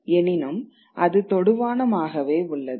எனினும் அது தொடுவானம் ஆகவே உள்ளது